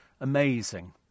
Amazing